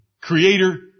Creator